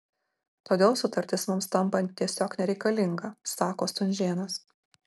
todėl sutartis mums tampa tiesiog nereikalinga sako stunžėnas